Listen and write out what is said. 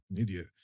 idiot